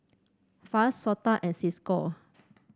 FAS SOTA and Cisco